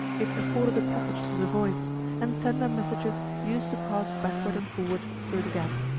it afforded a passage to the voice and tender messages used to pass backward and forward through the gap.